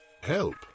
Help